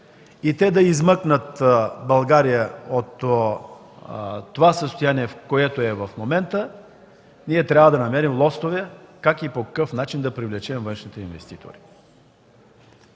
– те да измъкнат България от състоянието, в което е сега, ние трябва да намерим лостове как и по какъв начин да привлечем външните инвеститори.